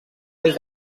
des